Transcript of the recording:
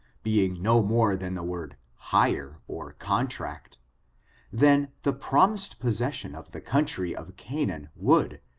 being no more than the word hire or con tract, then the promised possession of the country of canaan would,